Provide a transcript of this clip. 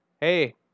Hey